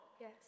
Yes